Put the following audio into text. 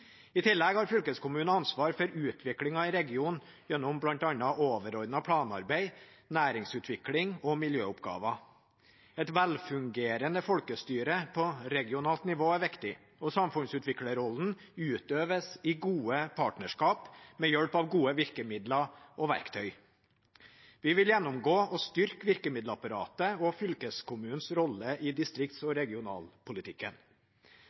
I tillegg har fylkeskommunen ansvar for utvikling av regionen, gjennom bl.a. overordnet planarbeid, næringsutvikling og miljøoppgaver. Et velfungerende folkestyre på regionalt nivå er viktig, og samfunnsutviklerrollen utøves i gode partnerskap med hjelp av gode virkemidler og verktøy. Vi vil gjennomgå og styrke virkemiddelapparatet og fylkeskommunens rolle i distrikts-